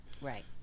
Right